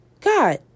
God